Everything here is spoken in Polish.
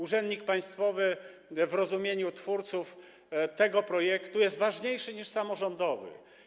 Urzędnik państwowy w rozumieniu twórców tego projektu jest ważniejszy niż samorządowy.